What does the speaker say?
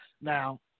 Now